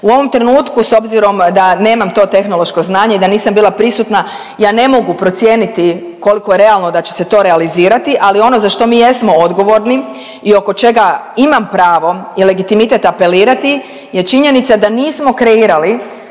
U ovom trenutku s obzirom da nemamo to tehnološko znanje i da nisam bila prisutna, ja ne mogu procijeniti koliko je realno da će se to realizirati, ali ono za što mi jesmo odgovorni i oko čega imam pravo i legitimitet apelirati je činjenica da nismo kreirali